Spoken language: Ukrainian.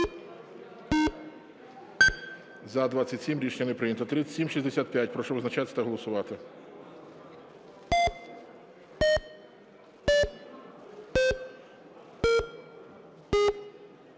За-27 Рішення не прийнято. 3765. Прошу визначатися та голосувати.